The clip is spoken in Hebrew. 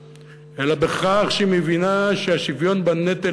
אלא בכך שהיא מבינה שהשוויון בנטל